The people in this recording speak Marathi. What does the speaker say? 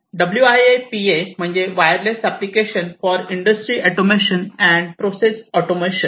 WIA PA म्हणजे wireless application for industry automation and process automation